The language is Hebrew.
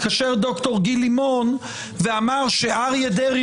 התקשר דוקטור גיל לימון ואמר שאריה דרעי